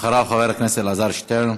אחריו, חבר הכנסת אלעזר שטרן.